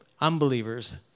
unbelievers